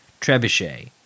trebuchet